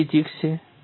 એ જ ફિઝિક્સ છે